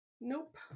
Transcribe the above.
Nope